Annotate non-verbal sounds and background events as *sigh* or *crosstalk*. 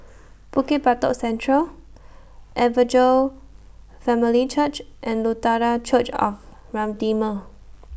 *noise* Bukit Batok Central Evangel Family Church and Lutheran Church of Redeemer